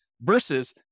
versus